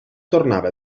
tornava